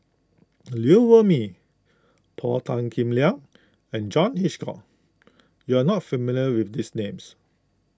Liew Wee Mee Paul Tan Kim Liang and John Hitchcock you are not familiar with these names